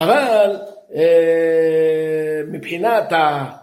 אבל, מבחינת ה...